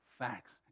facts